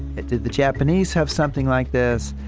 did the japanese have something like this?